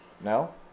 No